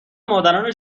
مادران